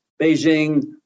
Beijing